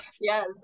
yes